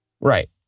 right